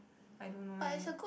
I don't know leh